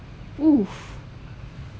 oof